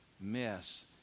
miss